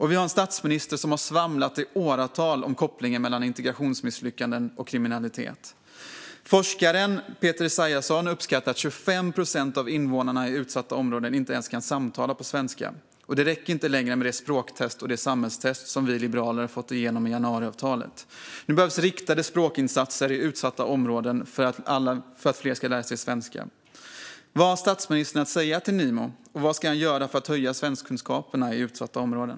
Vi har en statsminister som i åratal har svamlat om kopplingen mellan integrationsmisslyckanden och kriminalitet. Forskaren Peter Esaiasson uppskattar att 25 procent av invånarna i utsatta områden inte ens kan samtala på svenska. Det räcker inte längre med det språktest och det samhällstest som vi liberaler har fått igenom i januariavtalet. Nu behövs riktade språkinsatser i utsatta områden för att fler ska lära sig svenska. Vad har statsministern att säga till Nimo? Vad ska statsministern göra för att höja svenskkunskaperna i utsatta områden?